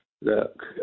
Look